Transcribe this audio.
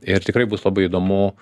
ir tikrai bus labai įdomu